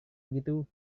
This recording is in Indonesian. begitu